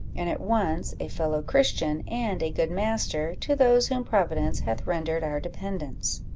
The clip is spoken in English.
and at once a fellow-christian and a good master to those whom providence hath rendered our dependants.